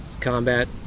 combat